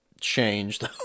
Changed